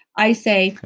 i say,